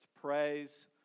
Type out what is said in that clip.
Praise